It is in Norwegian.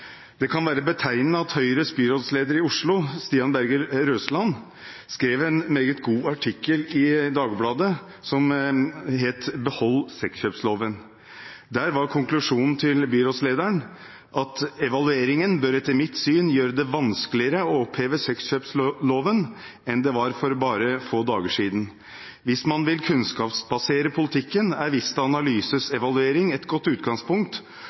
Det kan være betegnende at Høyres byrådsleder i Oslo, Stian Berger Røsland, skrev en meget god artikkel i Dagbladet som het Behold sexkjøpsloven. Der var konklusjonen til byrådslederen: «Evalueringen bør etter mitt syn gjøre det vanskeligere å oppheve sexkjøpsloven enn det var for bare få dager siden. Hvis man vil kunnskapsbasere politikken, er Vista Analyses evaluering et godt utgangspunkt,